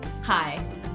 Hi